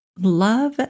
Love